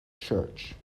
church